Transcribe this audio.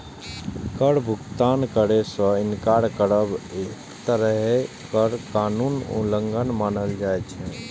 कर भुगतान करै सं इनकार करब एक तरहें कर कानूनक उल्लंघन मानल जाइ छै